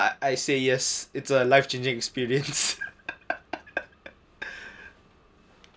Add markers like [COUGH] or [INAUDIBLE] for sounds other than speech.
I say yes it's a life changing experience [LAUGHS]